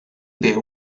byw